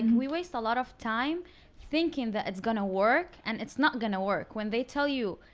we waste a lot of time thinking that it's gonna work, and it's not gonna work. when they tell you,